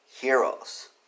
heroes